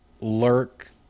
lurk